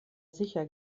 sicher